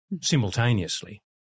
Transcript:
simultaneously